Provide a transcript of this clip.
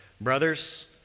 Brothers